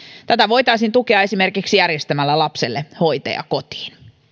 tätä voitaisiin tukea esimerkiksi järjestämällä lapselle hoitaja kotiin